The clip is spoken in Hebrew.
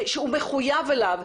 שהוא מחויב אליו,